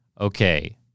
okay